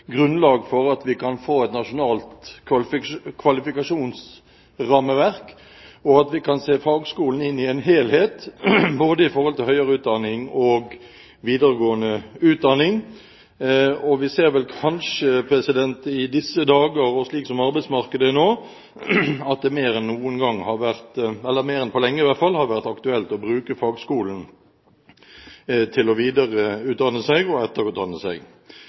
grunnlag for at vi kan få et nasjonalt kvalifikasjonsrammeverk, og at vi kan se fagskolene i en helhet, både i forhold til høyere utdanning og videregående utdanning. Vi ser vel kanskje i disse dager, slik arbeidsmarkedet er nå, at det mer enn på lenge har vært aktuelt å bruke fagskolene til å videre- og etterutdanne seg. Det blir godt å